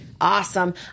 Awesome